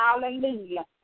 Hallelujah